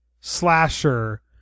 slasher